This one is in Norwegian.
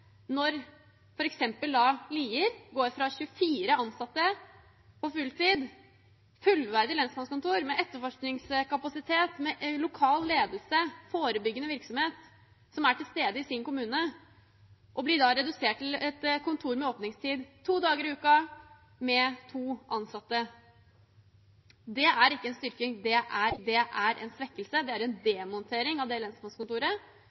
når f.eks. Lier går fra 24 ansatte på fulltid, et fullverdig lensmannskontor med etterforskningskapasitet, lokal ledelse og forebyggende virksomhet, som er til stede i sin kommune, til å bli redusert til et kontor med åpningstid to dager i uka, med to ansatte. Det er ikke en styrking, det er en svekkelse, det er en demontering av det lensmannskontoret,